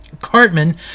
Cartman